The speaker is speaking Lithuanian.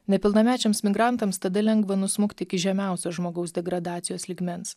nepilnamečiams migrantams tada lengva nusmukt iki žemiausio žmogaus degradacijos lygmens